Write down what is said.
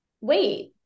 wait